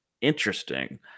interesting